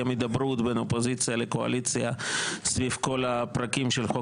הידברות בין אופוזיציה לקואליציה סביב כל הפרקים של חוק